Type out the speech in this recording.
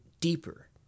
deeper